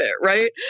right